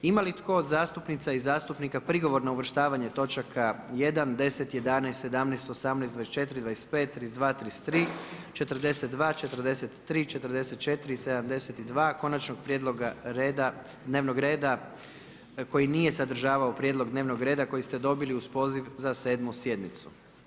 Ima li tko od zastupnica i zastupnika prigovor na uvrštavanje točaka 1., 10., 11., 17., 18., 24., 25., 32., 33., 42., 43., 44. i 72. konačnog prijedloga dnevnog reda koji nije sadržavao prijedlog dnevnog reda koji ste dobili uz poziv za 7. sjednicu?